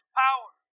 power